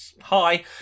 hi